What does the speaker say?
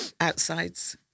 Outsides